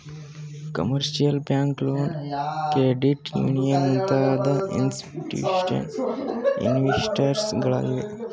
commercial bank loan, credit union ಮುಂತಾದವು institutional investors ಗಳಾಗಿವೆ